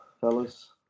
fellas